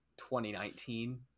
2019